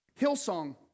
Hillsong